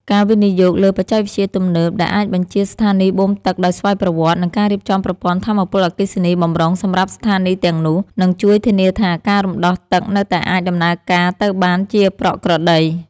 ការវិនិយោគលើបច្ចេកវិទ្យាទំនើបដែលអាចបញ្ជាស្ថានីយបូមទឹកដោយស្វ័យប្រវត្តិ និងការរៀបចំប្រព័ន្ធថាមពលអគ្គិសនីបម្រុងសម្រាប់ស្ថានីយទាំងនោះ នឹងជួយធានាថាការរំដោះទឹកនៅតែអាចដំណើរការទៅបានជាប្រក្រតី។